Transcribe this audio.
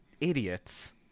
idiots